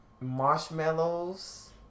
Marshmallows